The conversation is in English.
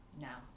Now